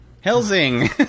Helsing